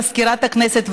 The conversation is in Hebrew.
מזכירת הכנסת,